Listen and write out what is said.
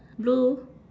blue